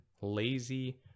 lazy